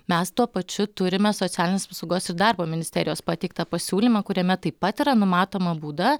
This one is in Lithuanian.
mes tuo pačiu turime socialinės apsaugos ir darbo ministerijos pateiktą pasiūlymą kuriame taip pat yra numatoma būda